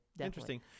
Interesting